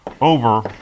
over